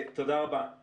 תודה רבה.